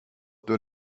door